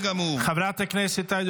כל מה שאמרתי זה בסדר גמור.